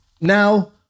Now